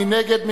מי נגד?